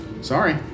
Sorry